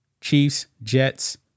Chiefs-Jets